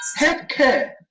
healthcare